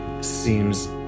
seems